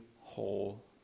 whole